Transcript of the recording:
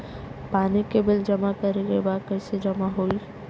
पानी के बिल जमा करे के बा कैसे जमा होई?